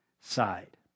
side